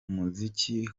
muziki